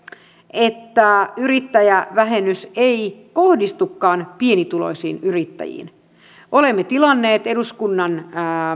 että yrittäjävähennys ei kohdistukaan pienituloisiin yrittäjiin olemme tilanneet eduskunnan